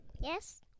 Yes